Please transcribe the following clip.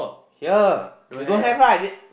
here you don't have right